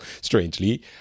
strangely